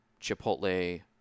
chipotle